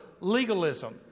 legalism